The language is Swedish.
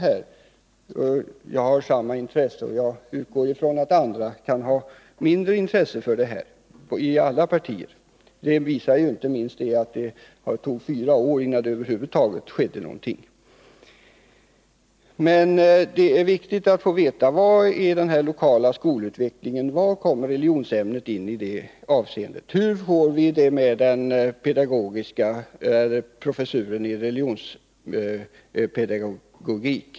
Själv har jag intresse, men jag utgår ifrån att andra, oavsett parti, kan ha mindre intresse för de här frågorna. Det är emellertid viktigt att få veta var religionsämnet kommer in i de lokala sammanhangen. Hur får vi det med professuren i religionspedagogik?